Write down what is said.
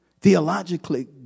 theologically